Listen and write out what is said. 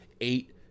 eight